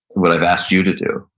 what i've asked you to do.